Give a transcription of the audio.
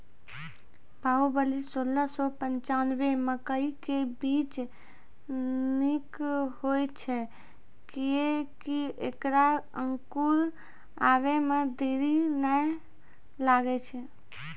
बाहुबली सोलह सौ पिच्छान्यबे मकई के बीज निक होई छै किये की ऐकरा अंकुर आबै मे देरी नैय लागै छै?